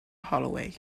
holloway